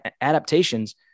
adaptations